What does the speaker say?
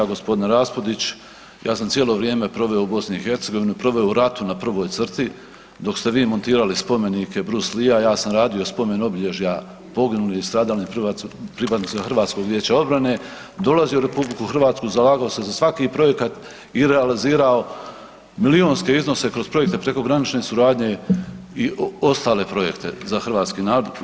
Gospodine Raspudić, ja sam cijelo vrijeme proveo u BiH, proveo u ratu na prvoj crti dok ste vi montirali spomenike Bruce Leea ja sam radio spomen obilježja poginulim i stradalim pripadnicima Hrvatskog vijeća obrane, dolazio u RH, zalagao se za svaki projekat i realizirao milijunske iznose kroz projekte prekogranične suradnje i ostale projekte za Hrvatski narod